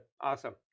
Awesome